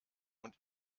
und